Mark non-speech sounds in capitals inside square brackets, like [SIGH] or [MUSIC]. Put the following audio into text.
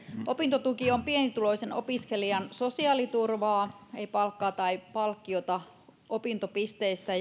opintotuki on pienituloisen opiskelijan sosiaaliturvaa ei palkkaa tai palkkiota opintopisteistä [UNINTELLIGIBLE]